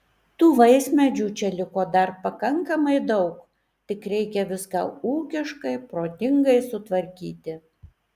tų vaismedžių čia liko dar pakankamai daug tik reikia viską ūkiškai protingai sutvarkyti